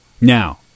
Now